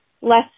less